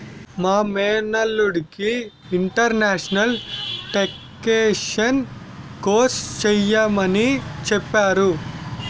మా మేనల్లుడికి international taxation course చెయ్యమని చెప్పాను